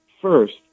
first